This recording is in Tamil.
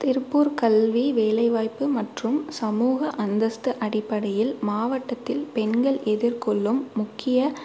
திருப்பூர் கல்வி வேலை வாய்ப்பு மற்றும் சமூக அந்தஸ்த்து அடிப்படையில் மாவட்டத்தில் பெண்கள் எதிர்கொள்ளும் முக்கிய